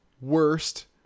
worst